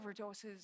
overdoses